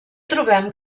trobem